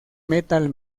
metal